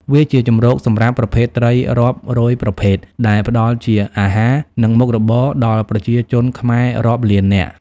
វាជាជម្រកសម្រាប់ប្រភេទត្រីរាប់រយប្រភេទ ដែលផ្តល់ជាអាហារ និងមុខរបរដល់ប្រជាជនខ្មែររាប់លាននាក់។